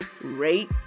Rate